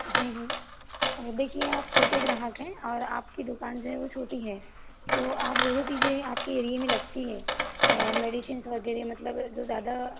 देखिए आप छोटे ग्राहक हैं और आपकी दुकान जो है वो छोटी है तो आप जो जो चीज़ें आपके एरिए में लगती है मेडिसिन्स वगैरह मतलब जो ज़्यादा